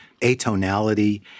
atonality